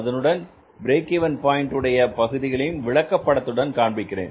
அதனுடன் break even point உடைய பகுதிகளையும் விளக்கப்படத்துடன் காண்பிக்கிறேன்